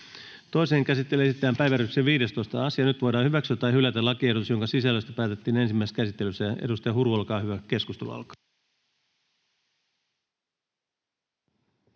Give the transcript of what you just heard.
Toiseen käsittelyyn esitellään päiväjärjestyksen 16. asia. Nyt voidaan hyväksyä tai hylätä lakiehdotus, jonka sisällöstä päätettiin ensimmäisessä käsittelyssä. — Avaan keskustelun.